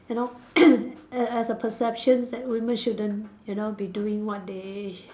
you know a~ as a perceptions that women shouldn't you know be doing what they